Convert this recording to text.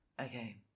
Okay